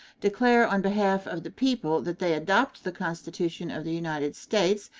declare on behalf of the people that they adopt the constitution of the united states,